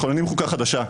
מכוננים חוקה חדשה.